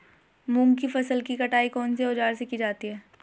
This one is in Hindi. मूंग की फसल की कटाई कौनसे औज़ार से की जाती है?